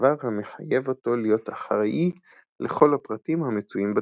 דבר המחייב אותו להיות אחראי לכל הפרטים המצויים בתשקיף.